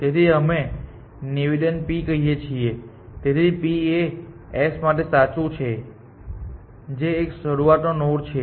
તેથી અમે નિવેદનને પી કહીએ છીએ તેથી p એ s માટે સાચું છે જે એક શરૂઆતનો નોડ છે